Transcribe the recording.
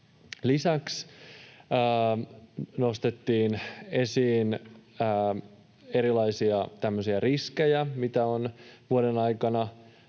Lisäksi nostettiin esiin erilaisia riskejä, mitä on vuoden aikana